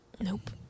Nope